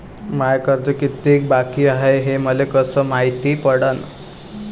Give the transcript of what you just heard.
माय कर्ज कितीक बाकी हाय, हे मले कस मायती पडन?